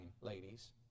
ladies